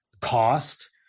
cost